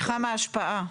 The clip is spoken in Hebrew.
מתחם ההשפעה.